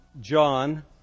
John